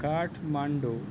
کاٹھ Mandu